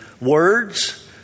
words